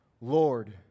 Lord